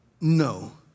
No